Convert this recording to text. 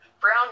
brown